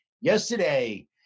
Yesterday